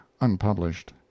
unpublished